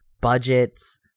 Budgets